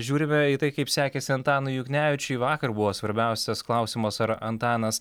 žiūrime į tai kaip sekėsi antanui juknevičiui vakar buvo svarbiausias klausimas ar antanas